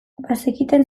bazekiten